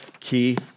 key